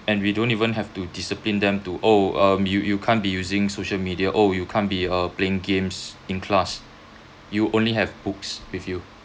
and we don't even have to discipline them to oh um you you can't be using social media oh you can't be a playing games in class you only have books with you